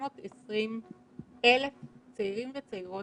420,000 צעירים וצעירות